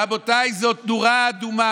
רבותיי, זו נורה אדומה.